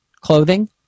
clothing